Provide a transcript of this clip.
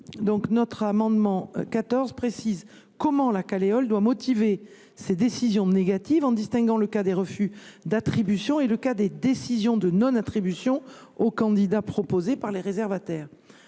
Cet amendement vise à préciser comment la Caleol doit motiver ses décisions négatives, en distinguant le cas d’un refus d’attribution de celui d’une décision de non attribution au candidat proposé par les réservataires.